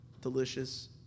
delicious